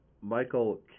Michael